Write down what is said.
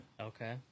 okay